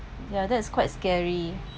ya that's quite scary